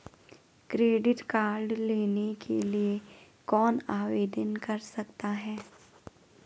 Credit card लेने के लिए कौन आवेदन कर सकता है?